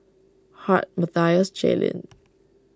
Hart Mathias Jaelynn